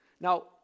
Now